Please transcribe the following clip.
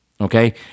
Okay